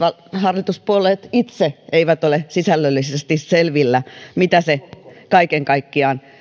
hallituspuolueet itse ole sisällöllisesti selvillä mitä se kaiken kaikkiaan